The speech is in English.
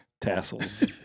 tassels